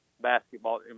basketball